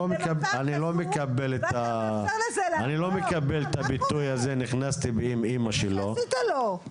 מקבל את הביטוי הזה נכנסתי 'באמאמא שלו'.